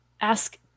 ask